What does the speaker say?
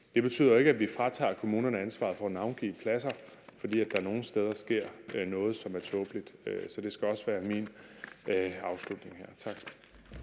det betyder jo ikke, at vi fratager kommunerne ansvaret for at navngive pladser, altså fordi der nogle steder sker noget, som er tåbeligt. Så det skal være min afslutning her. Tak.